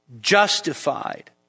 justified